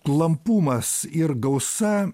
klampumas ir gausa